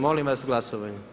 Molim vas glasovanje.